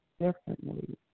differently